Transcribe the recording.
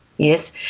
Yes